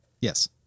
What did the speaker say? yes